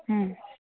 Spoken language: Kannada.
ಹ್ಞೂ